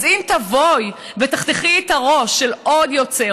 אז אם תבואי ותחתכי את הראש של עוד יוצר